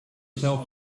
sell